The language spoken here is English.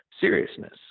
seriousness